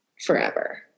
forever